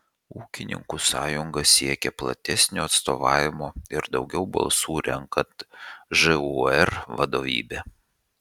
ūkininkų sąjunga siekia platesnio atstovavimo ir daugiau balsų renkant žūr vadovybę